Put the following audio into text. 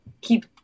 keep